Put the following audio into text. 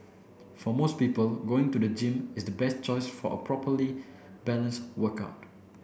for most people going to the gym is the best choice for a properly balanced workout